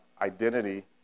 identity